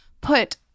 put